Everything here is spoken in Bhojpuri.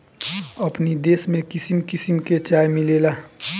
अपनी देश में किसिम किसिम के चाय मिलेला